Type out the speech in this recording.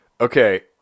Okay